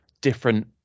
different